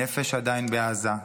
הנפש עדיין בעזה,